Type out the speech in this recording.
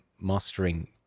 mastering